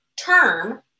term